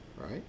right